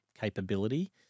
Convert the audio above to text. capability